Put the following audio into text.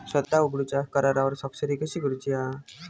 खाता उघडूच्या करारावर स्वाक्षरी कशी करूची हा?